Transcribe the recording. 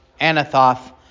Anathoth